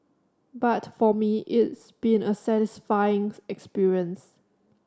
but for me it's been a satisfying experience